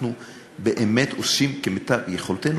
אנחנו באמת עושים כמיטב יכולתנו,